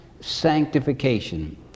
sanctification